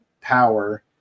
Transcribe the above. power